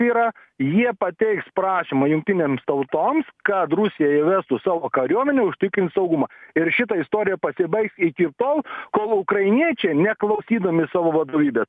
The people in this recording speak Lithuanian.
yra jie pateiks prašymą jungtinėms tautoms kad rusija įvestų savo kariuomenę užtikrint saugumą ir šita istorija pasibaigs iki tol kol ukrainiečiai neklausydami savo vadovybės